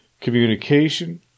communication